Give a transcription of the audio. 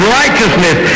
righteousness